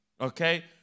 okay